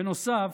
בנוסף,